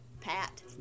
Pat